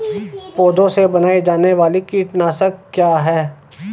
पौधों से बनाई जाने वाली कीटनाशक क्या है?